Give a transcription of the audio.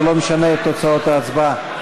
זה לא משנה את תוצאות ההצבעה.